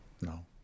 no